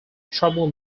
trouble